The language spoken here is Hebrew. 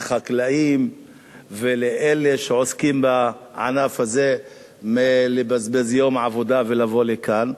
לחקלאים ולאלה שעוסקים בענף הזה מלבזבז יום עבודה ולבוא לכאן.